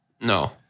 No